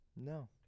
No